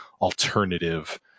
alternative